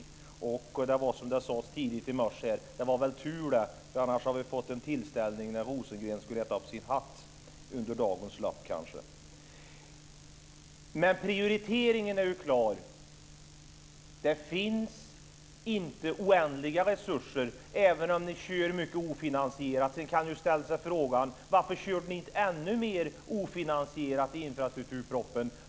Som det sades tidigt i morse, det var väl tur det, annars hade vi fått en tillställning där Rosengren under dagens lopp fått äta upp sin hatt. Men prioriteringen är klar. Det finns inte oändliga resurser, även om ni kör mycket ofinansierat. Man kan ju ställa sig frågan: Varför körde ni inte ännu mer ofinansierat i infrastrukturpropositionen?